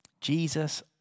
Jesus